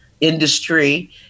industry